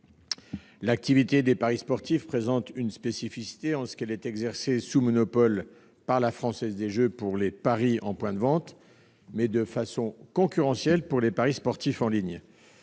L'activité de paris sportifs présente une spécificité en ce qu'elle est exercée par la Française des jeux sous monopole pour les paris en points de vente, mais de façon concurrentielle pour les paris sportifs en ligne.